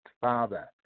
father